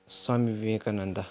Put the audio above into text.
Swami Vivekananda